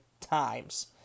times